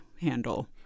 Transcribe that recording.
handle